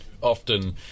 Often